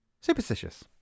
Superstitious